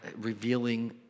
revealing